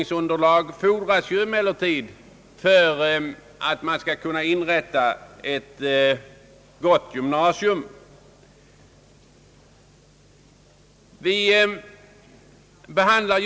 Emellertid erfordras ett tillräckligt stort befolkningsunderlag för att ett gott gymnasium skall kunna inrättas.